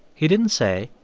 he didn't say,